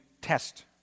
test